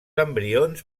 embrions